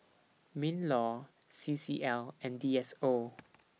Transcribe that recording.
MINLAW C C L and D S O